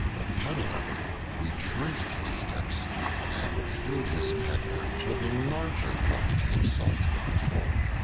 the peddler retraced his steps and refilled his panniers with a larger quantity of salt than before.